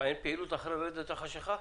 אין פעילות אחרי רדת החשיכה?